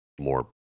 more